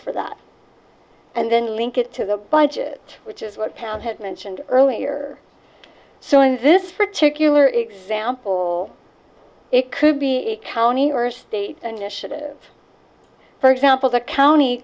for that and then link it to the budget which is what pat had mentioned earlier so in this particular example it could be a county or state an issue to for example the county